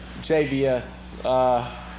JBS